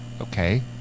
Okay